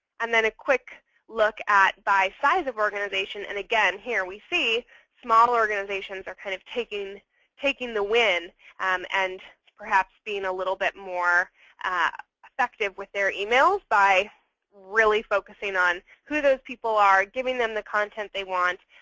and then a quick look at by size of organization. and again, here we see small organizations are kind of taking taking the win and perhaps being a little bit more effective with their emails by really focusing on who those people are, giving them the content they want,